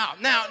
now